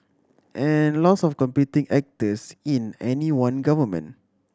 and lots of competing actors in any one government